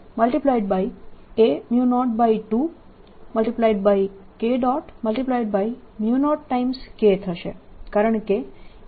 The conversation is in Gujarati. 0K થશે કારણકે Ea02K